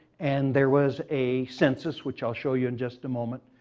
and there was a census, which i'll show you in just a moment.